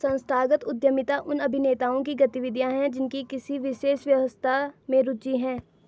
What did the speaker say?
संस्थागत उद्यमिता उन अभिनेताओं की गतिविधियाँ हैं जिनकी किसी विशेष व्यवस्था में रुचि है